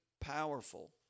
powerful